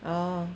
ah